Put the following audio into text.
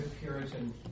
Puritan